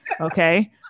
Okay